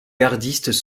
gardistes